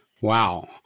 Wow